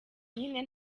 nyine